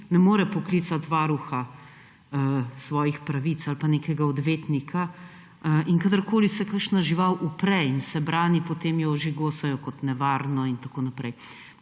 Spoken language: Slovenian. ne more poklicati varuha svojih pravic ali pa nekega odvetnika. Kadarkoli se kakšna žival upre in se brani, jo ožigosajo kot nevarno in tako naprej.